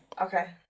Okay